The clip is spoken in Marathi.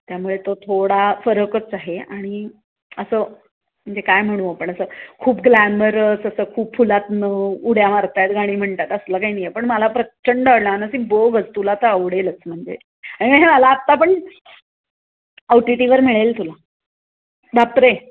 त्यामुळे तो थोडा फरकच आहे आणि असं म्हणजे काय म्हणू आपण असं खूप ग्लॅमरस असं खूप फुलातून उड्या मारत आहेत गाणी म्हणतात असलं काही नाही आहे पण मला प्रचंड अवडला बघच तुला तर आवडेलच म्हणजे आणि हे मला आत्ता पण औ टि टीवर मिळेल तुला बापरे